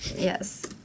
yes